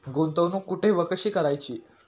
गुंतवणूक कुठे व कशी करायची?